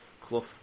Clough